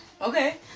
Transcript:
Okay